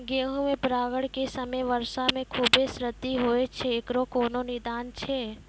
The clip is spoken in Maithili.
गेहूँ मे परागण के समय वर्षा से खुबे क्षति होय छैय इकरो कोनो निदान छै?